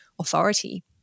authority